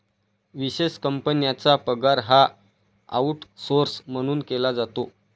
विशेष कंपन्यांचा पगार हा आऊटसौर्स म्हणून केला जातो